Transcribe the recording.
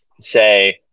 say